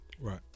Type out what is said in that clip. Right